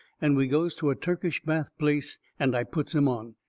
and we goes to a turkish bath place and i puts em on.